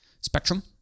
spectrum